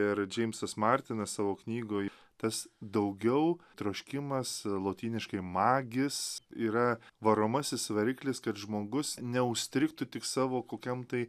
ir džeimsas martinas savo knygoj tas daugiau troškimas lotyniškai magis yra varomasis variklis kad žmogus neužstrigtų tik savo kokiam tai